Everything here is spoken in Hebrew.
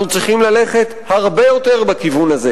אנחנו צריכים ללכת הרבה יותר בכיוון הזה,